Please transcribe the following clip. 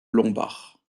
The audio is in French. lombard